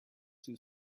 too